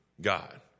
God